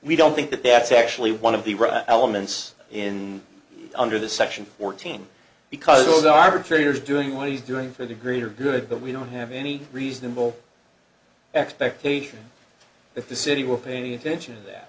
we don't think that that's actually one of the elements in under the section fourteen because those are very are doing what he's doing for the greater good that we don't have any reasonable expectation that the city will pay any attention to that